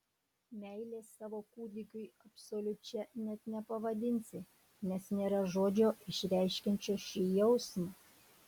meilės savo kūdikiui absoliučia net nepavadinsi nes nėra žodžio išreiškiančio šį jausmą